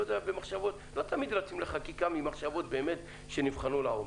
לא תמיד רצים לחקיקה מתוך מחשבות שנבחנו לעומק.